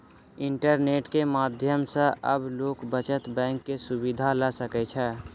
internet के माध्यम सॅ आब लोक बचत बैंक के सुविधा ल सकै छै